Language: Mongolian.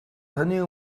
таны